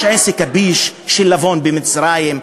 יש "עסק הביש" של לבון במצרים,